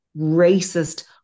racist